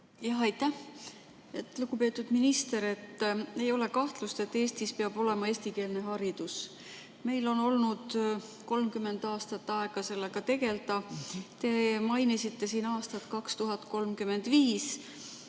Aitäh! Lugupeetud minister! Ei ole kahtlust, et Eestis peab olema eestikeelne haridus. Meil on olnud 30 aastat aega sellega tegelda. Te mainisite siin aastat 2035.